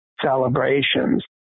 celebrations